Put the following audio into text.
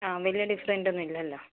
ആ വലിയ ഡിഫ്റൻറ്റ് ഒന്നു ഇല്ലല്ലോ